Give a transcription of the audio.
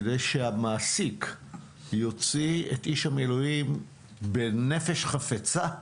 כדי שהמעסיק יוציא את איש המילואים בנפש חפצה,